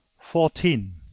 fourteen.